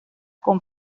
con